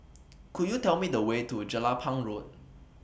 Could YOU Tell Me The Way to Jelapang Road